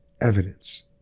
evidence